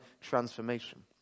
transformation